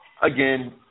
Again